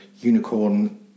unicorn